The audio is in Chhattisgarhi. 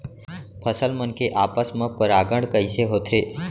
फसल मन के आपस मा परागण कइसे होथे?